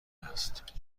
است